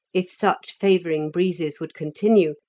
if such favouring breezes would continue,